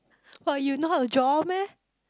but you know how to draw meh